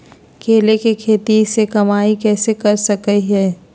केले के खेती से कमाई कैसे कर सकय हयय?